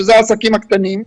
שאלה הם העסקים הקטנים,